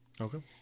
Okay